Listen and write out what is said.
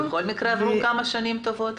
בכל מקרה עברו מאז כמה שנים טובות.